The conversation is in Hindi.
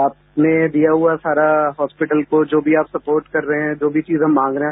आपने दिया हुआ सारा हॉस्पिटल को जो भी आप सपोर्ट कर रहे हैं जो भी चीज हम मांग रहे हैं